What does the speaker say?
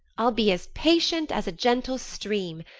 i'll be as patient as a gentle stream,